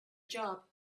job